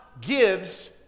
gives